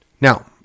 Now